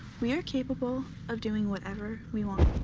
we are capable of doing whatever we want.